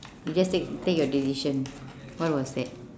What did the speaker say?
you just take take your decision what was that